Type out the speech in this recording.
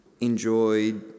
enjoyed